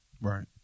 Right